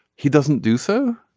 he doesn't do so